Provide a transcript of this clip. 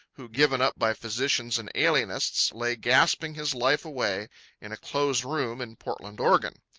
who, given up by physicians and alienists, lay gasping his life away in a closed room in portland, oregon.